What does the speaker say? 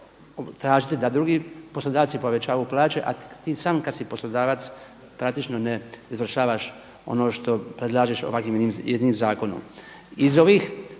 tražiti da drugi poslodavci povećavaju plaće, a ti sam kada si poslodavac praktično ne izvršavaš ono što predlažeš ovakvim jednim zakonom. Iz ovih